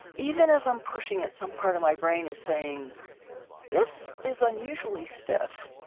even as i'm pushing it, some part of my brain is saying this is unusually stiff,